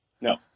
No